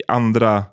andra